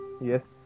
yes